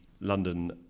London